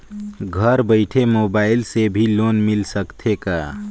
घर बइठे मोबाईल से भी लोन मिल सकथे का?